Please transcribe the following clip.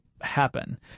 happen